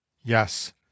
yes